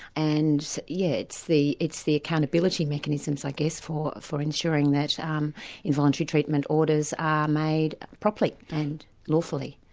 and yes, it's the it's the accountability mechanisms, i guess, for for ensuring that um involuntary treatment orders are made properly and lawfully.